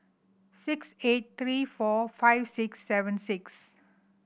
six eight three four five six seven six